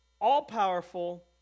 all-powerful